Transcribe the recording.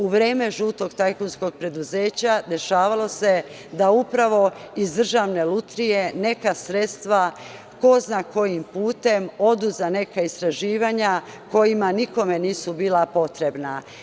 U vreme žutog tajkunskog preduzeća dešavalo se da upravo iz državne lutrije neka sredstava, ko zna kojim putem odu za neka istraživanja kojima nikome nisu bila potrebna.